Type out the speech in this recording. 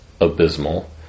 abysmal